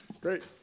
great